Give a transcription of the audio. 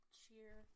cheer